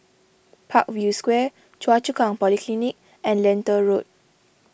Parkview Square Choa Chu Kang Polyclinic and Lentor Road